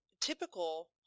typical